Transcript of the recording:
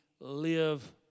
live